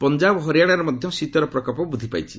ପଞ୍ଜାବ ଓ ହରିୟାଣାରେ ମଧ୍ୟ ଶୀତର ପ୍ରକୋପ ବୃଦ୍ଧି ପାଇଛି